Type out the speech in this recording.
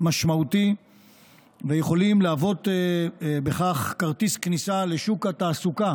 משמעותי ויכולים להוות בכך כרטיס כניסה לשוק התעסוקה